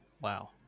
wow